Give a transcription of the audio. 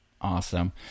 Awesome